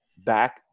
back